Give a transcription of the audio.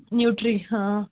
نیوٗٹرٛی ہاں